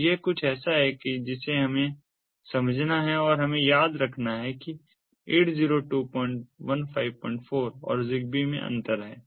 तो यह कुछ ऐसा है जिसे हमें समझना है और हमें यह याद रखना है कि 802154 और ZigBee में अंतर है